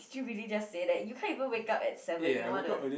did you really just say that you can't even wake up at seven you wanna